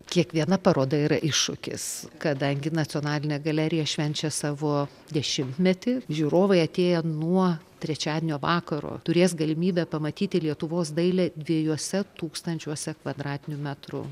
kiekviena paroda yra iššūkis kadangi nacionalinė galerija švenčia savo dešimtmetį žiūrovai atėję nuo trečiadienio vakaro turės galimybę pamatyti lietuvos dailę dviejuose tūkstančiuose kvadratinių metrų